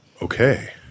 Okay